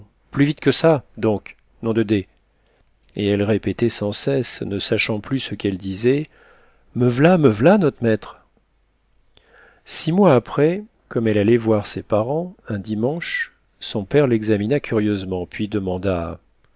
plus vite que ça donc nom de d et elle répétait sans cesse ne sachant plus ce qu'elle disait me v'là me v'là not maître six mois après comme elle allait voir ses parents un dimanche son père l'examina curieusement puis demanda